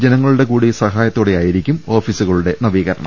ജനങ്ങളുടെ കൂടി സഹായത്തോടെയായിരിക്കും ഓഫീസുകളുടെ നവീകരണം